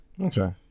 Okay